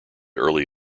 early